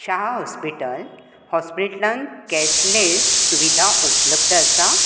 Shah hospital हॉस्पिटलांत cashless सुविधा उपलब्ध आसा